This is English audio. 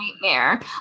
nightmare